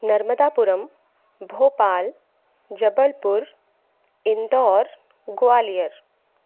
Narmadapuram Bhopal Jabalpur Indore Gwalior